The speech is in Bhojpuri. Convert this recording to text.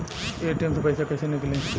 ए.टी.एम से पैसा कैसे नीकली?